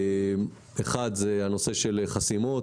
אחד, הנושא של חסימות,